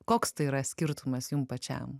koks tai yra skirtumas jum pačiam